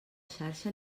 xarxa